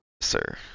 sir